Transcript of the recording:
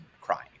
crying